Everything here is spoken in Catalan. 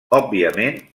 òbviament